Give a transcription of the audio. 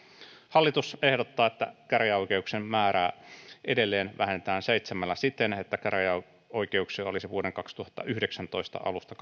hallitus ehdottaa että käräjäoikeuksien määrää edelleen vähennetään seitsemällä siten että käräjäoikeuksia olisi vuoden kaksituhattayhdeksäntoista alusta